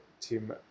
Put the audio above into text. Tim